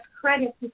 credit